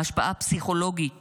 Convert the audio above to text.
ההשפעה הפסיכולוגית